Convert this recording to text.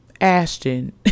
Ashton